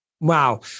Wow